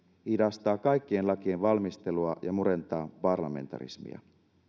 hidastaa kaikkien lakien valmistelua ja murentaa parlamentarismia